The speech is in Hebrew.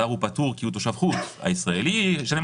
אנחנו מגבשים איזשהו פתרון שחברי הבורסה יוכלו להעניק